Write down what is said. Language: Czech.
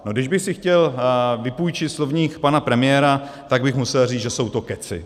Kdybych si chtěl vypůjčit slovník pana premiéra, tak bych musel říct, že jsou to kecy.